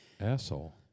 Asshole